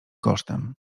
kosztem